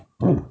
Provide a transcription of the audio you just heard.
oh